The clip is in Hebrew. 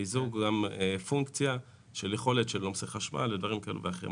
המיזוג זה גם פונקציה של יכולת עומסי חשמל ודברים כאלה ואחרים.